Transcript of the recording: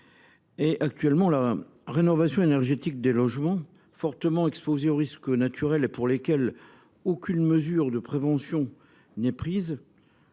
Actuellement, la rénovation énergétique de logements fortement exposés aux risques naturels et pour lesquels n’est prise aucune mesure de prévention représente